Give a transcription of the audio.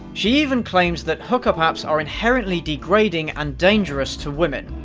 she even claims that hookup apps are inherently degrading and dangerous to women,